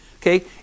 Okay